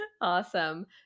awesome